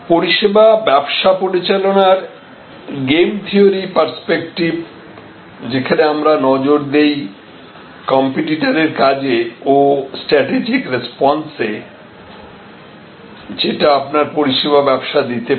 পরিষেবা ব্যবসা পরিচালনার গেম থিওরি পার্সপেক্টিভ যেখানে আমরা নজর দেই কম্পিটিটর এর কাজে ও স্ট্র্যাটেজিক রেস্পন্সে যেটা আপনার পরিষেবা ব্যবসা দিতে পারে